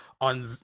on